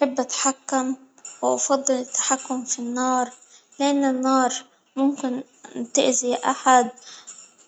بحب أتحكم وأفضل التحكم في النار لأن النار ممكن أن تأذي أحد